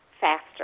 faster